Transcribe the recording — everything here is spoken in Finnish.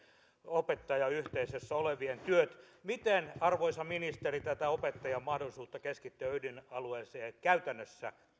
opettajayhteisössä olevien työt miten arvoisa ministeri tätä opettajien mahdollisuutta keskittyä ydinalueeseen käytännössä